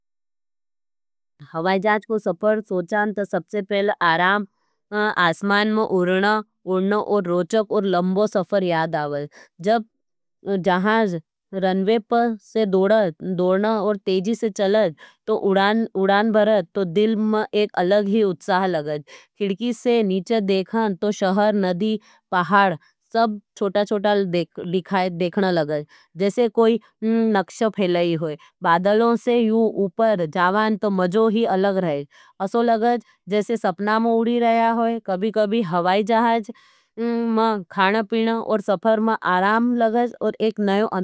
हवाईजाज को सफर सोचान तो सबसे पहले आराम, आसमान में उड़न, उड़न और रोचक और लंबो सफर याद आवज। जब जहाज रन्वे से दोड़न और तेजी से चलज, तो उड़ान भरद, तो दिल में एक अलग ही उत्साह लगज। खिड़की से नीचे देखान, तो शहर, नदी, पहाड, सब छोटा-छोटा देखना लगज। जैसे कोई नक्ष फेलाई होई, बादलों से यू उपर जावान, तो मजो ही अलग रहें। असो लगज, जैसे सपना में उड़ी रहा होई, कभी-कभी हवाई जहाज में खान पीन, सफर में आराम लगज।